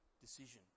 decision